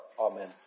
Amen